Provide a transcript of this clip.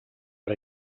per